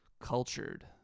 cultured